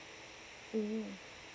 mm